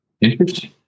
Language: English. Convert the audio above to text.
Interesting